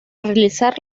realizar